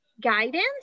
guidance